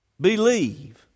believe